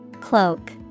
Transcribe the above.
Cloak